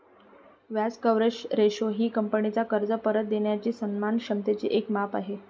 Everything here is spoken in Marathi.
व्याज कव्हरेज रेशो हे कंपनीचा कर्ज परत देणाऱ्या सन्मान क्षमतेचे एक माप आहे